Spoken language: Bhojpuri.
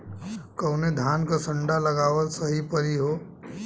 कवने धान क संन्डा लगावल सही परी हो?